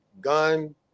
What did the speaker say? gun